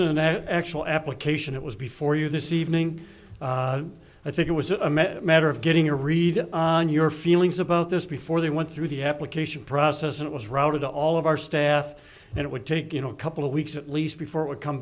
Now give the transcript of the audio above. an actual application it was before you this evening i think it was a matter of getting a read on your feelings about this before they went through the application process it was routed to all of our staff and it would take you know a couple of weeks at least before it would come